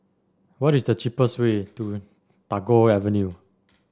what is the cheapest way to Tagore Avenue